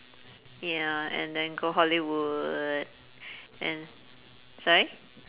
ya and then go hollywood and sorry